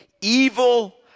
evil